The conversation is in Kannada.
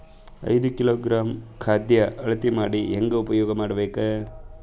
ಐದು ಕಿಲೋಗ್ರಾಂ ಖಾದ್ಯ ಅಳತಿ ಮಾಡಿ ಹೇಂಗ ಉಪಯೋಗ ಮಾಡಬೇಕು?